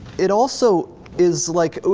it also is like,